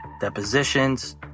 depositions